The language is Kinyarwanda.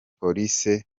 police